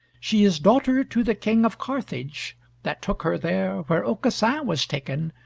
she is daughter to the king of carthage that took her there where aucassin was taken,